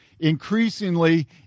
increasingly